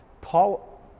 Paul